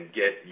get